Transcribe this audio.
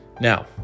Now